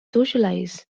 socialize